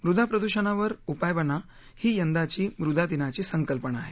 मुदा प्रदूषणावर उपाय बना ही यंदाची मुदा दिनाची संकल्पना आहे